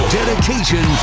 Dedication